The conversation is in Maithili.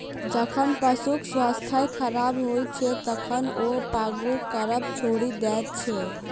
जखन पशुक स्वास्थ्य खराब होइत छै, तखन ओ पागुर करब छोड़ि दैत छै